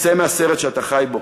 צא מהסרט שאתה חי בו.